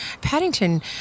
Paddington